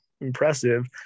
impressive